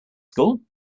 school